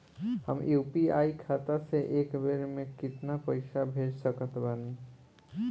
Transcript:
हम यू.पी.आई खाता से एक बेर म केतना पइसा भेज सकऽ तानि?